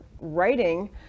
writing